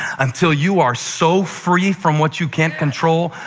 until you are so free from what you can't control,